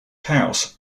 house